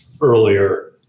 earlier